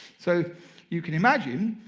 so you can imagine,